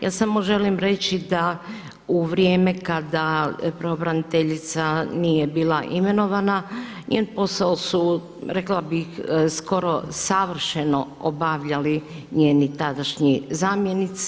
Ja samo želim reći da u vrijeme kada pravobraniteljica nije bila imenovana njen posao su rekla bih skoro savršeno obavljali njeni tadašnji zamjenici.